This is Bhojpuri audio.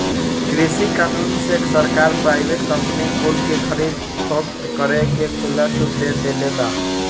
कृषि कानून से सरकार प्राइवेट कंपनी कुल के खरीद फोक्त करे के खुला छुट दे देले बा